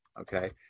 okay